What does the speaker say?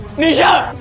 nisha,